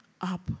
up